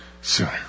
sooner